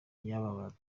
y’abantu